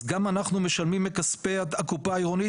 אז גם אנחנו משלמים מכספי הקופה העירונית